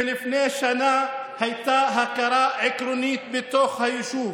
ולפני שנה הייתה הכרה עקרונית בתוך היישוב.